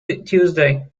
tuesday